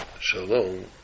shalom